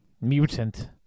Mutant